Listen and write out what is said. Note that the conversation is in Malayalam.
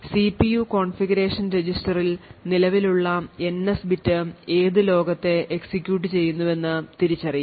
സിപിയു കോൺഫിഗറേഷൻ രജിസ്റ്ററിൽ നിലവിലുള്ള NS ബിറ്റ് ഏത് ലോകത്തെ എക്സിക്യൂട്ട് ചെയ്യുന്നുവെന്ന് തിരിച്ചറിയും